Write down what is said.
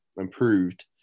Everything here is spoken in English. improved